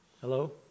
Hello